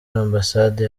ambasade